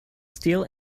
steel